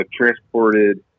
transported